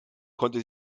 konnte